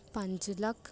ਪੰਜ ਲੱਖ